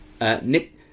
Nick